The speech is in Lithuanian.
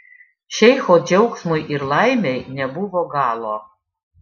šeicho džiaugsmui ir laimei nebuvo galo